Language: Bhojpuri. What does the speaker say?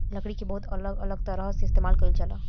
लकड़ी के बहुत अलग अलग तरह से इस्तेमाल कईल जाला